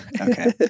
Okay